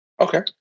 Okay